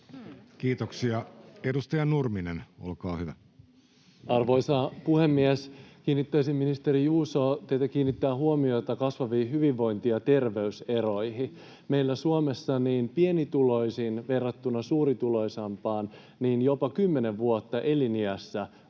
Lindtman sd) Time: 16:19 Content: Arvoisa puhemies! Pyytäisin, ministeri Juuso, teitä kiinnittämään huomiota kasvaviin hyvinvointi- ja terveyseroihin. Meillä Suomessa pienituloisilla verrattuna suurituloisimpiin on jopa kymmenen vuotta eliniässä eroa.